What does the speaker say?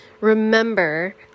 remember